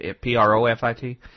P-R-O-F-I-T